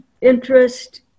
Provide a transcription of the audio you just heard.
interest